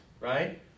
right